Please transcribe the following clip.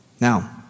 Now